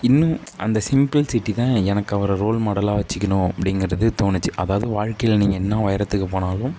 இன்னும் அந்த சிம்பிள்சிட்டி தான் எனக்கு அவரை ரோல் மாடலாக வெச்சுக்கணும் அப்படிங்கிறது தோணிச்சு அதாவது வாழ்க்கையில் நீங்கள் என்ன உயரத்துக்கு போனாலும்